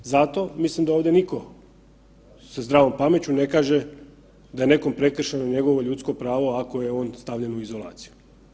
Zato mislim da ovdje nitko sa zdravom pameću ne kaže da je nekom prekršeno njegovo ljudsko pravo ako je on stavljen u izolaciju.